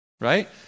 right